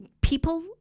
people